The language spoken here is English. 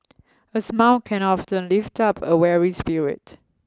a smile can often lift up a weary spirit